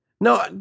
No